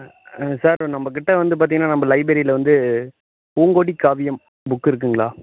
ஆ sir நம்ம கிட்டே வந்து பார்த்தீங்கனா நம்ம லைப்ரரியில் வந்து பூங்கொடி காவியம் புக்கு இருக்குதுங்களா